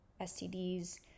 STDs